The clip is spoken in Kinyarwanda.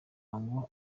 ngo